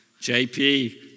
JP